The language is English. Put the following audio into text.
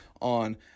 on